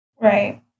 Right